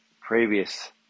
previous